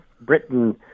Britain